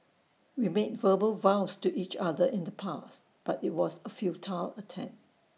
we made verbal vows to each other in the past but IT was A futile attempt